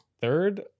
third